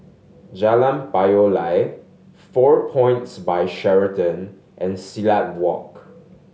Jalan Payoh Lai Four Points By Sheraton and Silat Walk